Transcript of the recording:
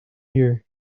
here